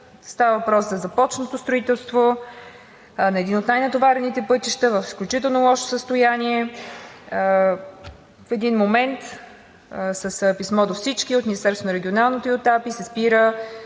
Става въпрос за започнато строителство на един от най-натоварените пътища – в изключително лошо състояние. В един момент с писмо до всички от Министерството на регионалното развитие и